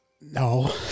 No